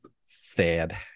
Sad